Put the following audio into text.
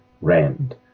Rand